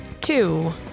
Two